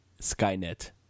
Skynet